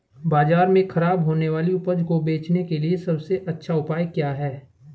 बाजार में खराब होने वाली उपज को बेचने के लिए सबसे अच्छा उपाय क्या है?